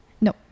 No